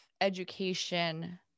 education